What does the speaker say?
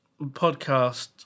podcast